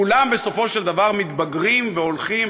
כולם בסופו של דבר מתבגרים והולכים,